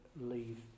leave